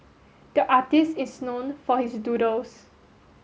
the artist is known for his doodles